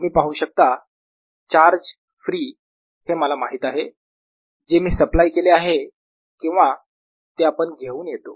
तुम्ही पाहू शकता चार्ज फ्री हे मला माहित आहे जे मी सप्लाय केले आहे किंवा ते आपण घेऊन येतो